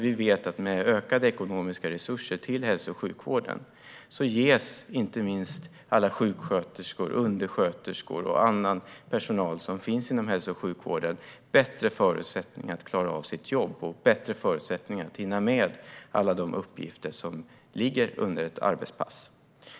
Vi vet att med ökade ekonomiska resurser till hälso och sjukvården ges inte minst alla sjuksköterskor, undersköterskor och annan personal inom hälso och sjukvården bättre förutsättningar att klara av sitt jobb och hinna med alla de uppgifter som finns under ett arbetspass.